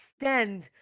extend